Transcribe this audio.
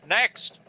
next